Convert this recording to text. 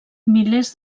milers